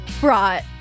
brought